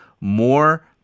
more